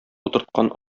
утырткан